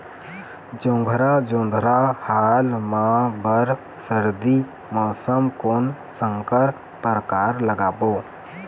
जोंधरा जोन्धरा हाल मा बर सर्दी मौसम कोन संकर परकार लगाबो?